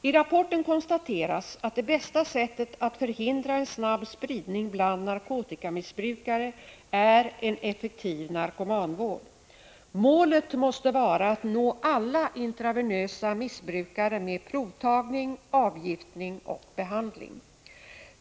I rapporten konstateras att det bästa sättet att förhindra en snabb spridning bland narkotikamissbrukare är en effektiv narkomanvård. Målet måste vara att nå alla personer som intravenöst missbrukar centralstimulerande medel med provtagning, avgiftning och behandling.